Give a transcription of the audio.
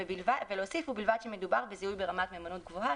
אנחנו רוצים להוסיף כאן "ובלבד שמדובר בזיהוי ברמת מהימנות גבוהה",